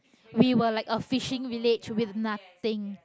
we were like a fishing village with nothing